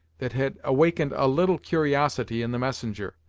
that had awakened a little curiosity in the messenger.